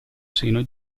seno